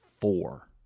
four